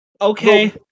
Okay